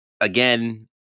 again